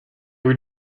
were